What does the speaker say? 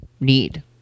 need